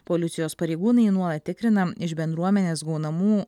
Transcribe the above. policijos pareigūnai nuolat tikrina iš bendruomenės gaunamų